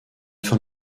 fin